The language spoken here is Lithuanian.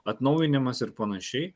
atnaujinimas ir panašiai